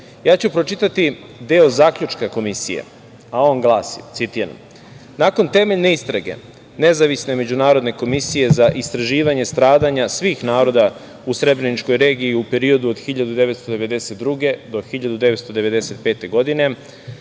ću pročitati deo zaključka komisije, a on glasi: „Nakon temeljne istrage Nezavisne međunarodne komisije za istraživanje stradanja svih naroda u srebreničkoj regiji u periodu od 1992. do 1995. godine,